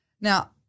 Now